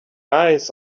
eyes